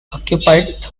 occupied